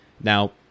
Now